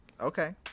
Okay